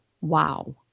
wow